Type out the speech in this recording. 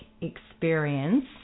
experience